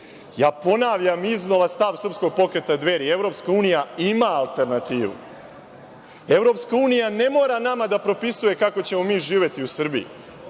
alternativu. Ponavljam iznova stav Srpskog pokreta Dveri – Evropska unija ima alternativu. Evropska unija ne mora nama da propisuje kako ćemo mi živeti u Srbiji.